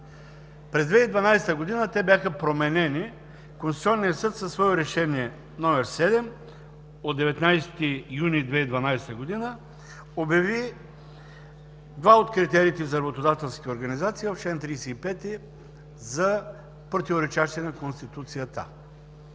През 2012 г. те бяха променени. Конституционният съд със свое Решение № 7 от 19 юни 2012 г. обяви два от критериите за работодателски организации в чл. 35 за противоречащи на Конституцията.